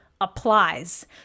applies